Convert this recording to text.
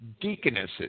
deaconesses